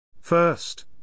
First